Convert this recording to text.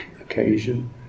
occasion